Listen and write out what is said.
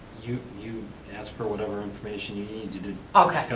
you you ask for whatever information you need to do. okay,